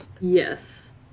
Yes